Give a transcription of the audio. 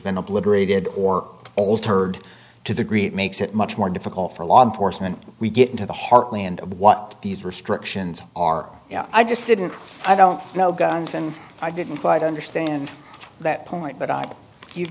been obliterated or altered to the great makes it much more difficult for law enforcement we get into the heartland of what these restrictions are i just didn't i don't know guns and i didn't quite understand that point but i you've